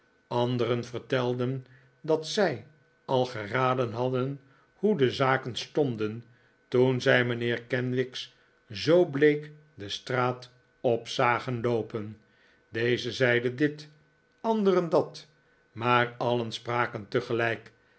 anderen vertelden dat zij al geraden hadden hoe de zaken stonden toen zij mijnheer kenwigs zoo bleek de straat op zagen loopen dezen zeiden dit anderen dat maar alien spraken tegelijk